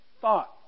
thought